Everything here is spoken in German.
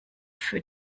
für